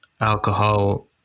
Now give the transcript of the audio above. alcohol